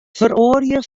feroarje